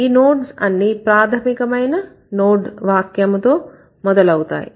ఈ నోడ్స్ అన్నీప్రాథమికమైన నోడ్ వాక్యముతో మొదలవుతాయి